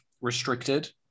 restricted